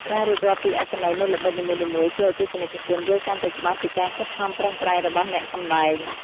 ការរៀបរាប់ពីអត្ថន័យនៃល្បិចនីមួយៗជួយឱ្យទស្សនិកជនយល់កាន់តែច្បាស់ពីការខិតខំប្រឹងប្រែងរបស់អ្នកសម្តែង។